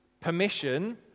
permission